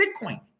Bitcoin